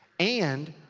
and.